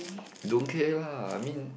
don't care lah I mean